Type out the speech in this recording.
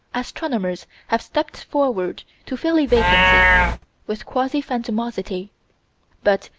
astronomers have stepped forward to fill a vacancy with quasi-phantomosity but,